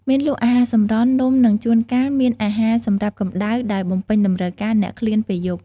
មានលក់ អាហារសម្រន់ នំ និងជួនកាលមានអាហារសម្រាប់កម្ដៅដែលបំពេញតម្រូវការអ្នកឃ្លានពេលយប់។